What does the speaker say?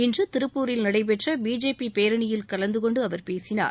இன்று திருப்பூரில் நடைபெற்ற பிஜேபி பேரணியில் கலந்து கொண்டு அவர் பேசினார்